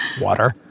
Water